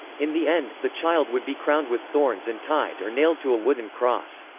in the end, the child would be crowned with thorns and tied or nailed to a wooden cross.